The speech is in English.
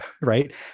right